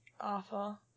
Awful